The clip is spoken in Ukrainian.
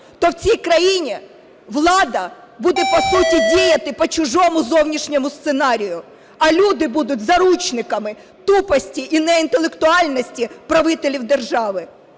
то в цій країні влада буде по суті діяти по чужому, зовнішньому сценарію, а люди будуть заручниками тупості і неінтелектуальності правителів держави.